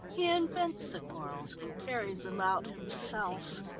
he invents the quarrels and carries them out himself.